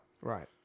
Right